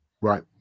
right